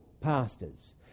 pastors